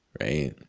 right